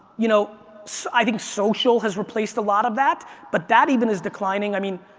you know so i think social has replaced a lot of that but that even is declining. i mean,